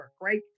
right